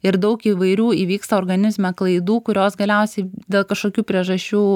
ir daug įvairių įvyksta organizme klaidų kurios galiausiai dėl kažkokių priežasčių